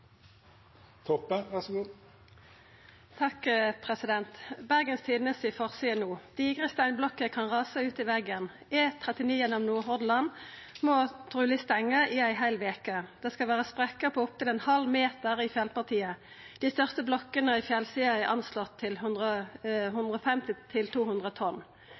Bergens Tidende no: «Digre steinblokker kan rase ut i veien. E39 gjennom Nordhordland må trolig stenges i en hel uke.» Det skal vera sprekkar på opptil ein halv meter i fjellpartiet. Dei største blokkene i fjellsida er anslått til 150–200 tonn. Velkomen til